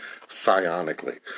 psionically